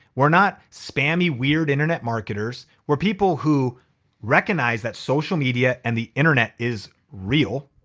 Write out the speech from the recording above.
we're not spammy, weird internet marketers. we're people who recognize that social media and the internet is real,